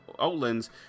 outlands